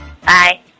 Bye